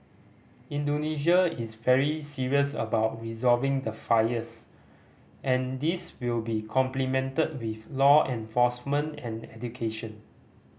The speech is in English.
Indonesia is very serious about resolving the fires and this will be complemented with law enforcement and education